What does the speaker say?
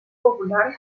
popular